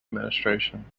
administration